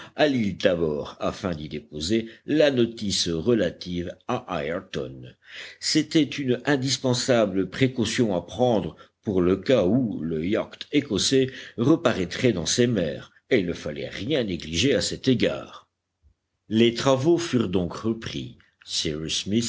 à l'île tabor afin d'y déposer la notice relative à ayrton c'était une indispensable précaution à prendre pour le cas où le yacht écossais reparaîtrait dans ces mers et il ne fallait rien négliger à cet égard les travaux furent donc repris cyrus